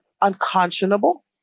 unconscionable